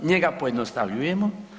Njega pojednostavljujemo.